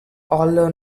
although